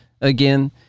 again